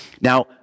Now